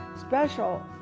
special